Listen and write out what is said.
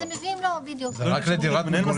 אז הם מביאים לו --- אז הם מורידים לו את מה שהוא קיבל.